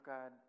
God